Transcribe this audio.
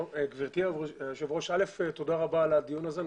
גברתי היושבת ראש, תודה רבה על הדיון הזה.